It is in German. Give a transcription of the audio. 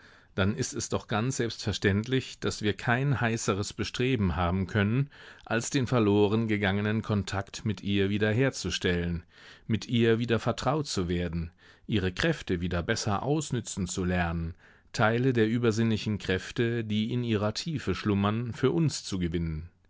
dann ist es doch ganz selbstverständlich daß wir kein heißeres bestreben haben können als den verloren gegangenen kontakt mit ihr wieder herzustellen mit ihr wieder vertraut zu werden ihre kräfte wieder besser ausnützen zu lernen teile der übersinnlichen kräfte die in ihrer tiefe schlummern für uns zu gewinnen